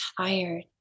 tired